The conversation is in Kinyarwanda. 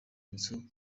nzu